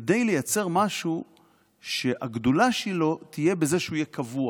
כדי לייצר משהו שהגדולה שלו תהיה בזה שהוא יהיה קבוע,